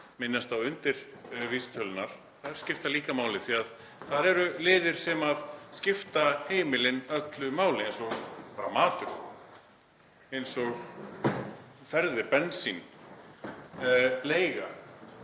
minnast á undirvísitölurnar. Þær skipta líka máli því að þar eru liðir sem skipta heimilin öllu máli, eins og matur, ferðir, bensín, leiga,